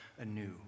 anew